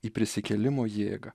į prisikėlimo jėgą